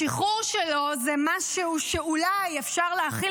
השחרור שלו זה משהו שאולי אפשר להכיל